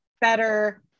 better